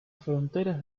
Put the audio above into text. fronteras